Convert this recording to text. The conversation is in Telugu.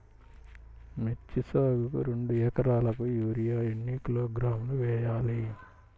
మిర్చి సాగుకు రెండు ఏకరాలకు యూరియా ఏన్ని కిలోగ్రాములు వేయాలి?